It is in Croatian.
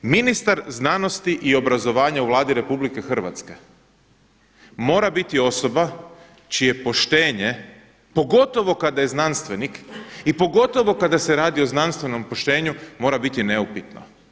Ministar znanosti i obrazovanja u Vladi Republike Hrvatske mora biti osoba čije poštenje pogotovo kada je znanstvenik i pogotovo kada se radi o znanstvenom poštenju mora biti neupitno.